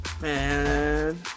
Man